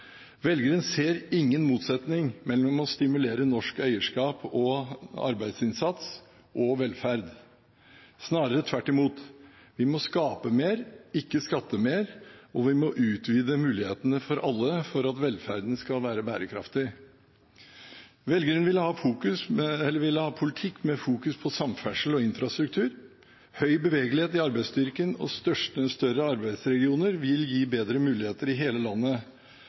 Velgerne ser ingen motsetning mellom å stimulere norsk eierskap og arbeidsinnsats og velferd – snarere tvert imot. Vi må skape mer, ikke skatte mer, og vi må utvide mulighetene for alle for at velferden skal være bærekraftig. Velgerne ville ha en politikk med fokus på samferdsel og infrastruktur. Høy bevegelighet i arbeidsstyrken og større arbeidsregioner vil gi bedre muligheter i hele landet.